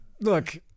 Look